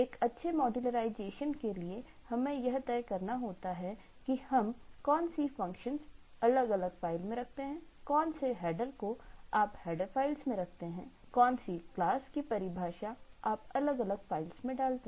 एक अच्छे मॉडर्लाइज़ेशन के लिए हमें यह तय करना होता है हम कौन सी फ़ंक्शंस अलग अलग फ़ाइल्स में रखते हैं कौन से हेडर को आप हेडर फ़ाइल्स में रखते हैं कौन सी क्लास की परिभाषाएँ आप अलग अलग फ़ाइल्स में डालते हैं